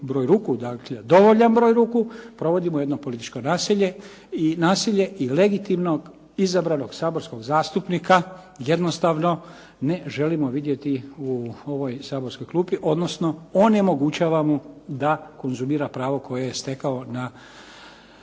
broj ruku, dakle, dovoljan broj ruku provodimo jedno političko nasilje i legitimnog izabranog saborskog zastupnika jednostavno ne želimo vidjeti u ovoj saborskoj klupi, odnosno onemogućavamo mu da konzumira pravo koje je stekao na